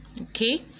okay